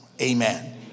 Amen